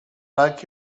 like